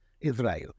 Israel